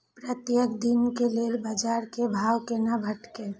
प्रत्येक दिन के लेल बाजार क भाव केना भेटैत?